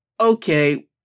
okay